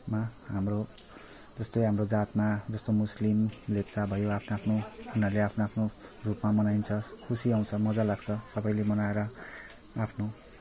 मा हाम्रो जस्तै हाम्रो जातमा जस्तो मुस्लिम लेप्चा भयो आफ्नो आफ्नो उनीहरूले आफ्नो आफ्नो रूपमा मनाइन्छ खुसी आउँछ मजा लाग्छ सबैले मनाएर आफ्नो